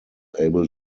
able